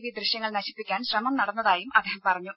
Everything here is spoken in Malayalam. വി ദൃശ്യങ്ങൾ നശിപ്പിക്കാൻ ശ്രമം നടന്നതായും അദ്ദേഹം പറഞ്ഞു